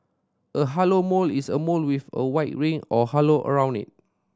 a halo mole is a mole with a white ring or halo around it